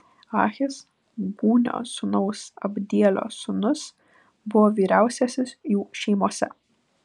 ahis gūnio sūnaus abdielio sūnus buvo vyriausiasis jų šeimose